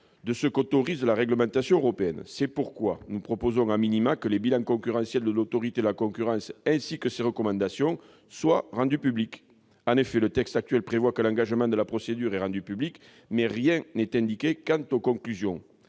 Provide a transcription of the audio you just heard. de ce qu'autorise la réglementation européenne. C'est pourquoi nous proposons que les bilans concurrentiels de l'Autorité de la concurrence ainsi que ses recommandations soient rendus publics. En effet, le texte actuel prévoit que l'engagement de la procédure est rendu public, mais rien n'est indiqué quant aux conclusions.